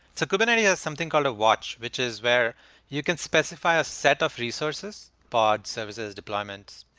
so kubernetes has something called a watch, which is where you can specify a set of resources, bots, services, deployments,